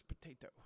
potato